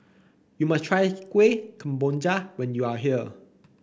you must try Kueh Kemboja when you are here